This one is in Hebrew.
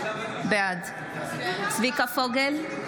בעד צביקה פוגל,